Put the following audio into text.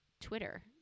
Twitter